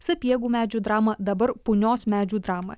sapiegų medžių dramą dabar punios medžių dramą